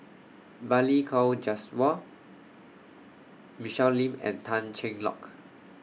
Balli Kaur Jaswal Michelle Lim and Tan Cheng Lock